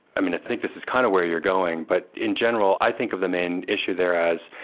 i think this is kind of where you're going, but in general i think of the main issue there as,